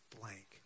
blank